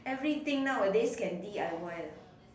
everything nowadays can d_i_y lah